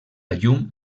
llum